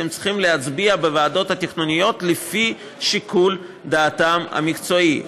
והם צריכים להצביע בוועדות התכנון לפי שיקול דעתם המקצועי.